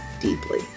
deeply